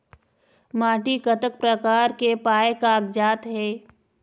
माटी कतक प्रकार के पाये कागजात हे?